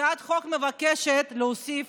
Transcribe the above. הצעת החוק מבקשת להוסיף